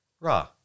Raw